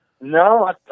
no